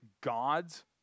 God's